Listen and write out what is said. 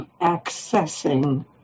accessing